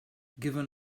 given